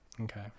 okay